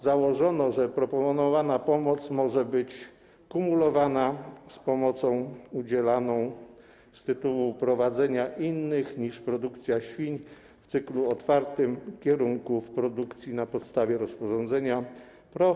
Założono, że proponowana pomoc może być kumulowana, łączona z pomocą udzielaną z tytułu prowadzenia innych niż produkcja świń w cyklu otwartym kierunków produkcji na podstawie rozporządzenia PROW.